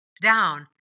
down